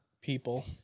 people